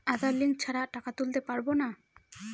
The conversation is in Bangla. আধার লিঙ্ক ছাড়া টাকা তুলতে পারব না?